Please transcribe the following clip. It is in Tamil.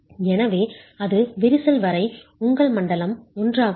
எனவே அது விரிசல் வரை உங்கள் மண்டலம் 1 ஆக இருக்கும்